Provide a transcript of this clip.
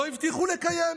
לא הבטיחו לקיים.